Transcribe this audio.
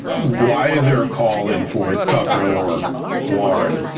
why they're calling for, tucker or warren,